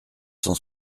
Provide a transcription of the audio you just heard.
cent